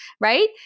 right